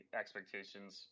expectations